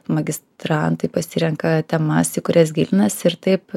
magistrantai pasirenka temas į kurias gilinasi ir taip